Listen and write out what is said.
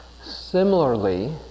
Similarly